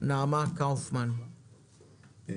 נעמה קאופמן,